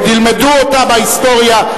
עוד ילמדו אותן בהיסטוריה,